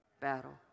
battle